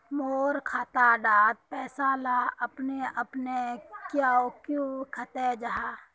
मोर खाता डार पैसा ला अपने अपने क्याँ कते जहा?